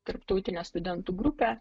tarptautinė studentų grupė